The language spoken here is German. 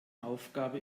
aufgabe